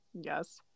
yes